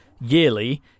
yearly